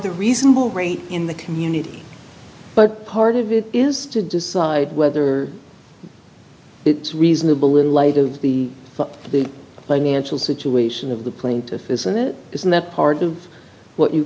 the reasonable rate in the community but part of it is to decide whether it's reasonable in light of the the lead mantle situation of the plaintiff isn't it isn't that part of what you